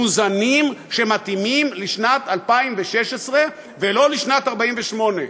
מאוזנים, שמתאימים לשנת 2016, ולא לשנת 1948,